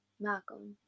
malcolm